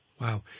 Wow